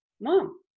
Mom